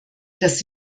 das